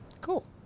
Cool